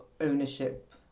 ownership